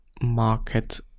market